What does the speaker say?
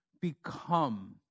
become